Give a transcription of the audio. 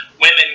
Women